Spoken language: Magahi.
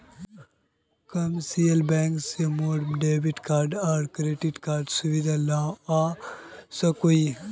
कमर्शियल बैंक से मोर डेबिट कार्ड आर क्रेडिट कार्डेर सुविधा लुआ सकोही